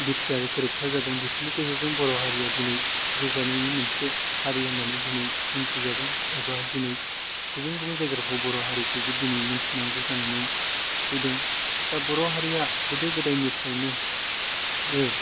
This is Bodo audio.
बि टि आर गोरोबथा जादों बेफोरनि गेजेरजों बर' हारिया दिनै जौगानायनि मोनसे हारि होननानै दिनै मिथिजादों एबा दिनै गुबुन गुबुन जायगाफोराव बर' हारिखौबो दिनै मिथिनांगौ जानानै फैदों दा बर' हारिया गोदो गोदायनिफ्रायनो